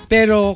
Pero